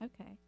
Okay